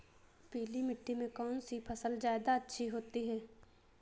पीली मिट्टी में कौन सी फसल ज्यादा अच्छी होती है?